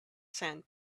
sand